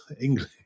English